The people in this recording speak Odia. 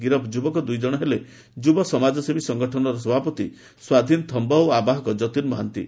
ଗିରଫ ଯୁବକ ଦୁଇଜଣ ହେଲେ ଯୁବ ସମାଜସେବୀ ସଂଗଠନର ସଭାପତି ସ୍ୱାଧୀନ ଥମ୍ୟ ଓ ଆବାହକ ଯତୀନ ମାହାନ୍ତି